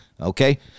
Okay